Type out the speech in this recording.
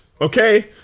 okay